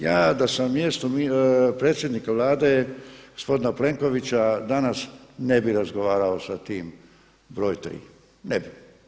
Ja da sam na mjestu predsjednika Vlade gospodina Plenkovića danas ne bi razgovarao sa tim broj III, ne bi.